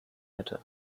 hätte